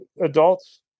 adults